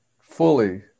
fully